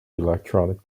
electronic